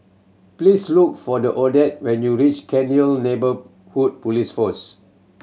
please look for the Odette when you reach Cairnhill Neighbourhood Police Post